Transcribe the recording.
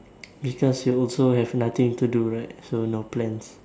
because you also have nothing to do right so no plans